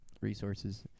resources